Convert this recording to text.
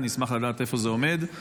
אני אשמח לדעת איפה זה עומד,